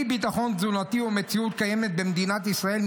אי-ביטחון תזונתי הוא מציאות קיימת במדינת ישראל.